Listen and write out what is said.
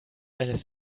eines